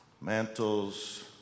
Mantles